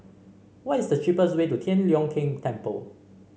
what is the cheapest way to Tian Leong Keng Temple